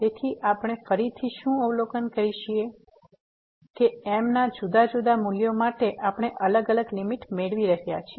તેથી આપણે ફરીથી શું અવલોકન કરીએ છીએ કે m ના જુદા જુદા મૂલ્યો માટે આપણે અલગ અલગ લીમીટ મેળવી રહ્યા છીએ